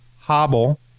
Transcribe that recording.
hobble